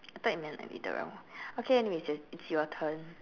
I thought you meant like literal okay anyway it's just it's your turn